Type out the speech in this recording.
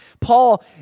Paul